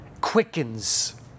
quickens